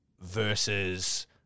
versus